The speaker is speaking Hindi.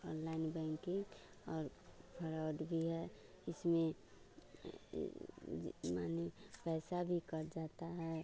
ओनलाइन बैंकिंग और फरौड भी है इसमें मनी पैसा भी कट जाता है